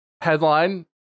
headline